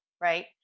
right